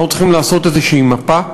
אנחנו צריכים לעשות מפה כלשהי,